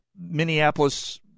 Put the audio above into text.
Minneapolis